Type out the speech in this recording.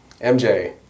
MJ